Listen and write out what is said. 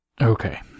okay